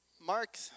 Mark